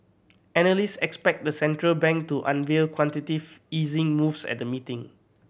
analyst expect the central bank to unveil quantitative easing moves at the meeting